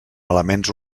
elements